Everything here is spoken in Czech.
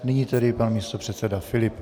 Nyní tedy pan místopředseda Filip.